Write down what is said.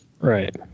Right